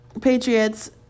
Patriots